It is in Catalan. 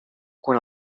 quan